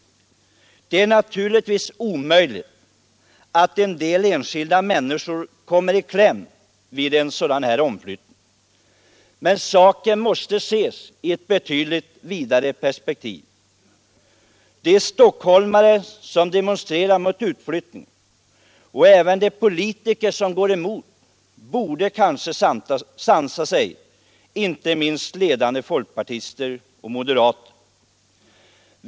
Det är naturligtvis omöjligt att undvika att en del enskilda människor kommer i kläm vid en sådan här omflyttning. Men saken måste ses i ett betydligt vidare perspektiv. De stockholmare som demonstrerar mot utflyttningen och även de politiker som går emot borde sansa sig, inte minst ledande folkpartister och moderater.